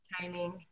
timing